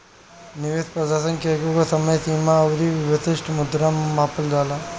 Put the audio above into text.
निवेश प्रदर्शन के एकगो समय सीमा अउरी विशिष्ट मुद्रा में मापल जाला